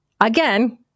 again